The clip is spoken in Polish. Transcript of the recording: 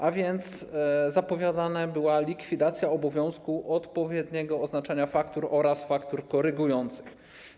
A więc zapowiadana była likwidacja obowiązku odpowiedniego oznaczenia faktur oraz faktur korygujących.